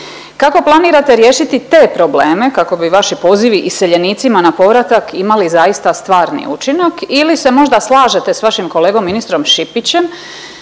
Kako planirate riješiti te probleme kako bi vaši pozivi iseljenicima na povratak imali zaista stvarni učinak ili se možda slažete s vašim kolegom ministrom Šipićem